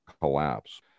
collapse